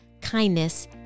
kindness